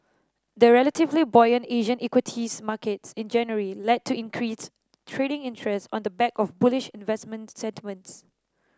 the relatively buoyant Asian equities markets in January led to increased trading interest on the back of bullish investor sentiments